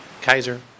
Kaiser